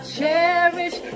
cherish